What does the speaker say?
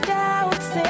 doubts